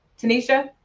Tanisha